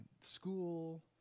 school